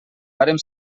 vàrem